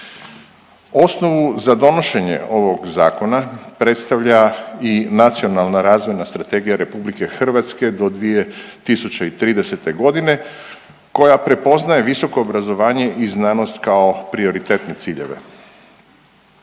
Osnovu za donošenje ovog zakona predstavlja i Nacionalna razvojna strategija RH do 2030.g. koja prepoznaje visoko obrazovanje i znanost kao prioritetne ciljeve.